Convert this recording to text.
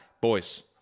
Boys